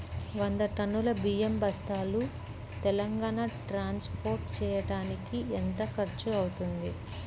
వంద టన్నులు బియ్యం బస్తాలు తెలంగాణ ట్రాస్పోర్ట్ చేయటానికి కి ఎంత ఖర్చు అవుతుంది?